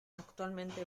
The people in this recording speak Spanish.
actualmente